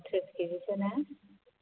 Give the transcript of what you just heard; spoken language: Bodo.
थ्रिस केजिसो ना